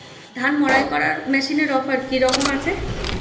ধান মাড়াই করার মেশিনের অফার কী রকম আছে?